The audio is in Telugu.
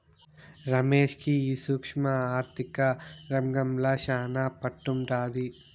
రమేష్ కి ఈ సూక్ష్మ ఆర్థిక రంగంల శానా పట్టుండాది